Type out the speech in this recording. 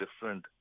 different